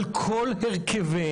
על כל הרכביהן,